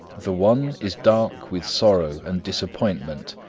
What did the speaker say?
the one is dark with sorrow and disappointment,